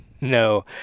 No